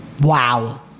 Wow